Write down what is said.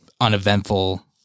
uneventful